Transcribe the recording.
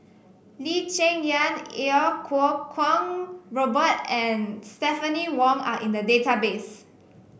Lee Cheng Yan Iau Kuo Kwong Robert and Stephanie Wong are in the database